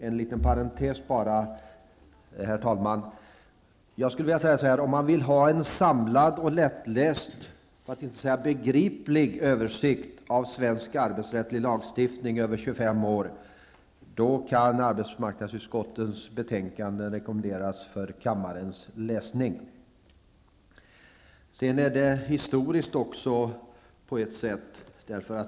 En liten parentes, herr talman: Om man vill ha en samlad och lättläst, för att inte säga begriplig, översikt av svensk arbetsrättslig lagstiftning under 25 år, då kan arbetsmarknadsutskottets betänkanden rekommenderas för kammarens läsning. Sedan är det också på ett sätt ett historiskt tillfälle.